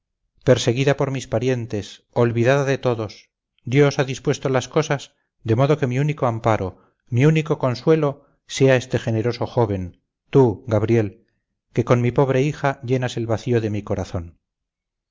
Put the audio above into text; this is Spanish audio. perseguida por mis parientes olvidada de todos dios ha dispuesto las cosas de modo que mi único amparo mi único consuelo sea este generoso joven tú gabriel que con mi pobre hija llenas el vacío de mi corazón